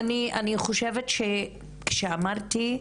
אני חושבת שכשאמרתי,